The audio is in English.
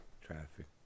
Traffic